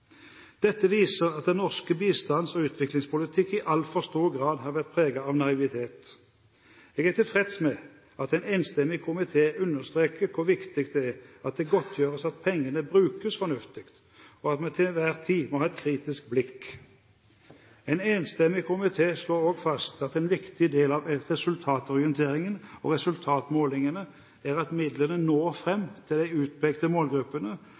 Dette viser at den norske bistands- og utviklingspolitikk i altfor stor grad har vært preget av naivitet. Jeg er tilfreds med at en enstemmig komité understreker hvor viktig det er at det godtgjøres at pengene brukes fornuftig, og at vi til enhver tid må ha et kritisk blikk. En enstemmig komité slår også fast at en viktig del av resultatorienteringen og resultatmålingene er at midlene når fram til de utpekte målgruppene,